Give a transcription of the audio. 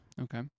Okay